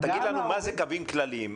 תגיד לנו מה זה קווים כלליים?